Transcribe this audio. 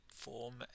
form